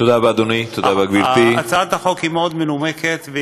הצעת החוק היא מנומקת מאוד,